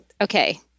okay